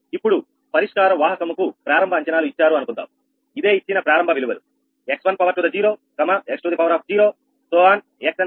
𝑥n ఇప్పుడు పరిష్కార వాహకము కు ప్రారంభ అంచనాలు ఇచ్చారు అనుకుందాంఇదే ఇచ్చిన ప్రారంభ విలువలు x1 x2